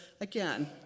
again